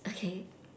okay